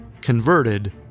converted